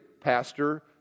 pastor